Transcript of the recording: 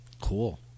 Cool